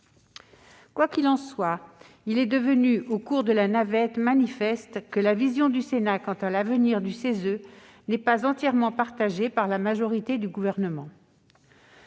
Quoi qu'il en soit, il est devenu manifeste, au cours de la navette, que la vision du Sénat quant à l'avenir du CESE n'était pas entièrement partagée par la majorité et le Gouvernement.